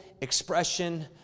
expression